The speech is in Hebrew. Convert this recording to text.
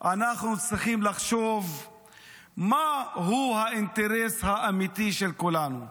אנחנו צריכים לחשוב מהו האינטרס האמיתי של כולנו.